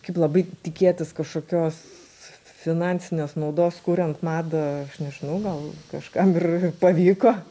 kaip labai tikėtis kažkokios finansinės naudos kuriant madą aš nežinau gal kažkam ir pavyko